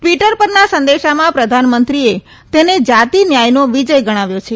Twitter પરના સંદેશામાં પ્રધાનમંત્રીએ તેને જાતિ ન્યાયનો વિજય ગણાવ્યો છે